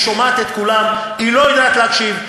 היא שומעת את כולם, היא לא יודעת להקשיב.